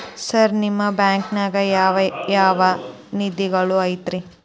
Sir ನಿಮ್ಮ ಬ್ಯಾಂಕನಾಗ ಯಾವ್ ಯಾವ ನಿಧಿಗಳು ಐತ್ರಿ?